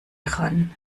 ran